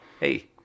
Hey